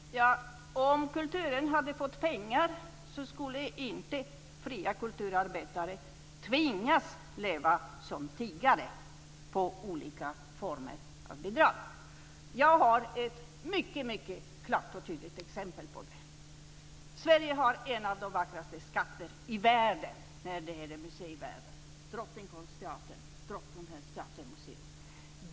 Fru talman! Om kulturen hade fått pengar skulle inte fria kulturarbetare tvingas leva som tiggare på olika former av bidrag. Jag har ett mycket klart och tydligt exempel på det. Sverige har en av de vackraste skatterna i världen inom museivärlden, Drottningholms teatermuseum.